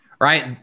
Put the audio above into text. right